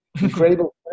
incredible